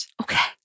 Okay